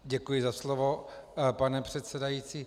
Děkuji za slovo, pane předsedající.